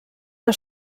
que